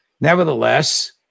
Nevertheless